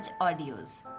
audios